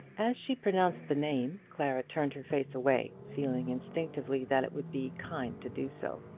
as she pronounced the name, clara turned her face away, feeling instinctively that it would be kind to do so.